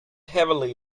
heavily